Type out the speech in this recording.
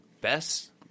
best